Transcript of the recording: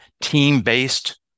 team-based